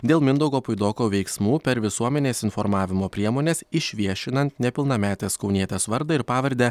dėl mindaugo puidoko veiksmų per visuomenės informavimo priemones išviešinant nepilnametės kaunietės vardą ir pavardę